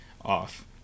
off